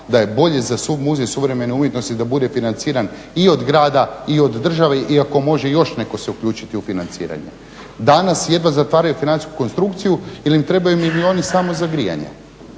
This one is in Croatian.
da je bolje za Muzej suvremene umjetnosti da bude financiran i od grada i od države i ako može još netko se uključiti u financiranje. Danas jedva zatvaraju financijsku konstrukciju jer im trebaju milioni samo za grijanje.